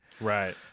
right